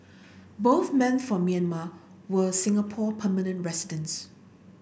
both men from Myanmar were Singapore permanent residents